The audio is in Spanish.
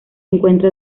encuentra